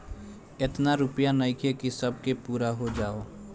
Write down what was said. एतना रूपया नइखे कि सब के पूरा हो जाओ